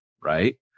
right